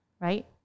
right